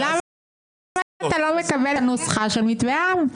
רוטמן, למה אתה לא מקבל את הנוסחה של מתווה העם?